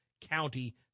county